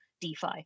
DeFi